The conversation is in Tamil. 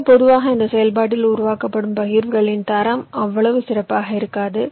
எனவே பொதுவாக இந்த செயல்பாட்டில் உருவாக்கப்படும் பகிர்வுகளின் தரம் அவ்வளவு சிறப்பாக இருக்காது